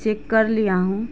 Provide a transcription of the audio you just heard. check کر لیا ہوں